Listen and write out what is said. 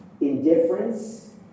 indifference